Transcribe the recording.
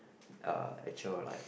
uh actual like